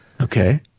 Okay